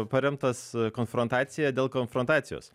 paremtas konfrontacija dėl konfrontacijos